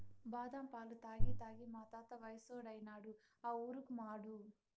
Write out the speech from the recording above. బాదం పాలు తాగి తాగి మా తాత వయసోడైనాడు ఆ ఊరుకుమాడు